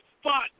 spot